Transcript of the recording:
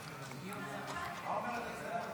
סעיף 1, כהצעת הוועדה ועם ההסתייגות